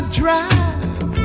drive